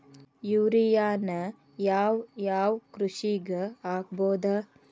ಯೂರಿಯಾನ ಯಾವ್ ಯಾವ್ ಕೃಷಿಗ ಹಾಕ್ಬೋದ?